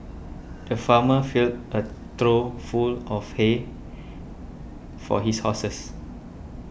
the farmer filled a trough full of hay for his horses